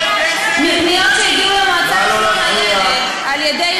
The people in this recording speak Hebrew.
מפניות שהגיעו למועצה לשלום הילד, נא לא להפריע.